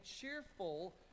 cheerful